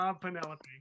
Penelope